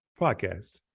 podcast